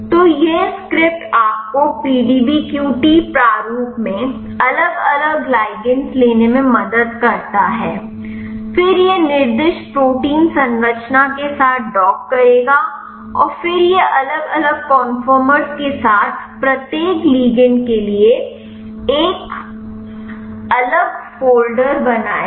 तो यह स्क्रिप्ट आपको PDBQT प्रारूप में अलग अलग लिगंड लेने में मदद करता है फिर यह निर्दिष्ट प्रोटीन संरचना के साथ डॉक करेगा और फिर यह अलग अलग कन्फर्मर्स के साथ प्रत्येक लिगंड के लिए एक अलग फ़ोल्डर्स बनाएगा